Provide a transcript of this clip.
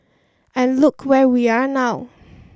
and look where we are now